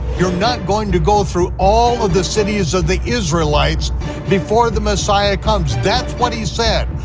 you're not going to go through all of the cities of the israelites before the messiah comes, that's what he said.